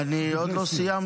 אני לא סיימתי.